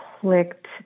clicked